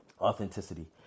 authenticity